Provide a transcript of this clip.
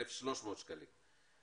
1,300 שקלים.